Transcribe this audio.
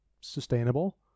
sustainable